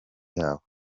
yabo